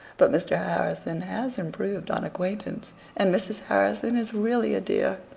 but mr. harrison has improved on acquaintance, and mrs. harrison is really a dear.